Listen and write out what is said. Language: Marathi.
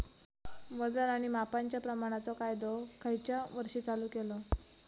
वजन आणि मापांच्या प्रमाणाचो कायदो खयच्या वर्षी चालू केलो?